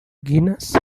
genus